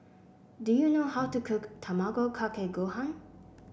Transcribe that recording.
do you know how to cook Tamago Kake Gohan